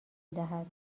دهد